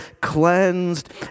cleansed